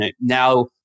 Now